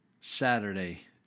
Saturday